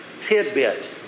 tidbit